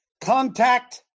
Contact